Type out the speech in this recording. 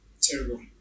terrible